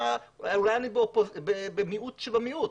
אני במיעוט של המיעוט.